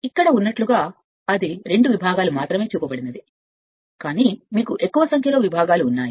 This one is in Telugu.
మీరు ఇక్కడ ఉన్నట్లుగా నేను ఇక్కడ చేస్తే అది రెండు విభాగాలు మాత్రమే కానీ మీకు ఎక్కువ సంఖ్యలో విభాగాలు ఉన్నాయి